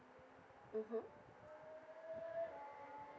mmhmm